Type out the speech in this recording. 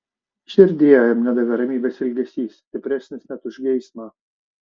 širdyje jam nedavė ramybės ilgesys stipresnis net už geismą